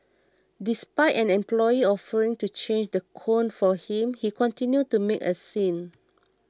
despite an employee offering to change the cone for him he continued to make a scene